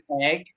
egg